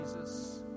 Jesus